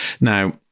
Now